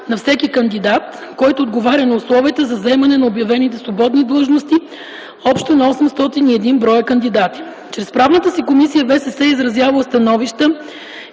на всеки кандидат, който отговаря на условията за заемане на обявените свободни длъжности общо - на 801 бр. кандидати. Чрез Правната си комисия Висшият съдебен